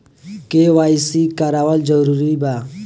KYC करवावल जरूरी बा?